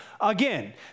again